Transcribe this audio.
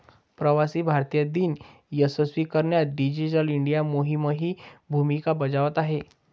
प्रवासी भारतीय दिन यशस्वी करण्यात डिजिटल इंडिया मोहीमही भूमिका बजावत आहे